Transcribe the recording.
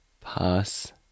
Pass